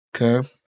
okay